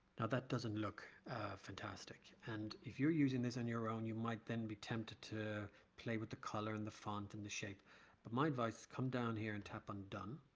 now that doesn't look fantastic and if you're using this on your own you might then be tempted to play with the color and the font and the shape but my advice is come down here and tap on done